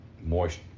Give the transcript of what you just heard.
moist